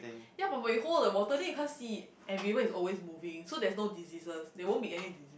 ya but when you hold the water then you can't see it and river is always moving so there's no diseases there won't be any disease